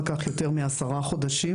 זה לא לקח יותר מעשרה חודשים.